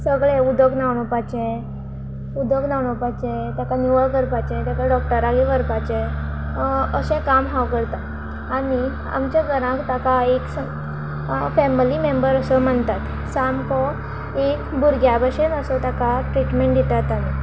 सगळे उदक न्हाणोवपाचे उदक न्हाणोवपाचे ताका निवळ करपाचे तेका डॉक्टराक व्हरपाचे अशें काम हांव करता आनी आमच्या घरांक ताका एक श फॅमिली मेंबर असो मनतात सामको एक भुरग्या भशेन असो ताका ट्रिटमेंट दितात आमी